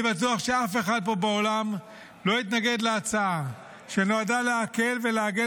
אני בטוח שאף אחד פה באולם לא יתנגד להצעה שנועדה להקל ולהגן